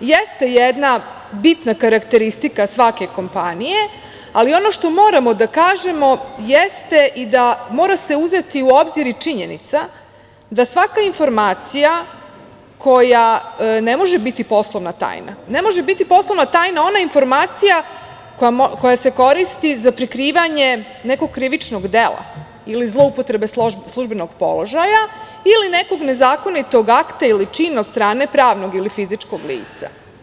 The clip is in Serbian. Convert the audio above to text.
jeste jedna bitna karakteristika svake kompanije, ali ono što moramo da kažemo jeste i mora se uzeti u obzir i činjenica da svaka informacija koja ne može biti poslovna tajna, ne može biti poslovna tajna ona informacija koja se koristi za prikrivanje nekog krivičnog dela ili zloupotrebe službenog položaja ili nekog nezakonitog akta ili čina od strane pravnog ili fizičkog lica.